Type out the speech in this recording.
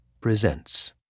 presents